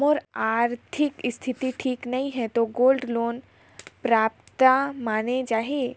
मोर आरथिक स्थिति ठीक नहीं है तो गोल्ड लोन पात्रता माने जाहि?